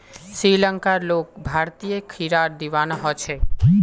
श्रीलंकार लोग भारतीय खीरार दीवाना ह छेक